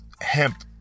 hemp